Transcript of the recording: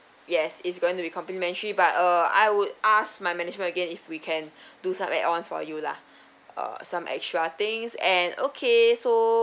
yes it's going to be complimentary but uh I would ask my management again if we can do some add ons for you lah uh some extra things and okay so